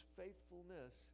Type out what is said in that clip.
faithfulness